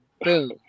boom